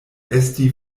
esti